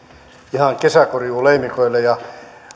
ihan kesäkorjuuleimikoille